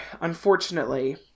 unfortunately